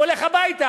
הוא הולך הביתה.